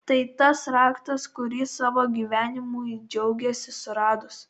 tai tas raktas kurį savo gyvenimui džiaugėsi suradus